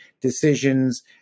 decisions